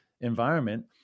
environment